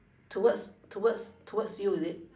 towards towards towards you is it